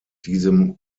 diesem